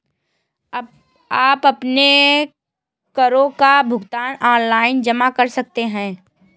आप अपने करों का भुगतान ऑनलाइन जमा कर सकते हैं